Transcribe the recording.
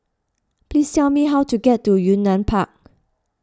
please tell me how to get to Yunnan Park